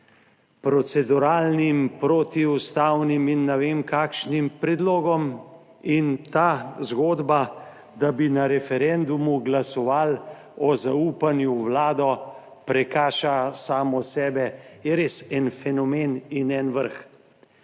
proceduralnim, protiustavnim in ne vem kakšnim predlogom in ta zgodba, da bi na referendumu glasovali o zaupanju v Vlado, prekaša samo sebe, je res en fenomen in en vrh.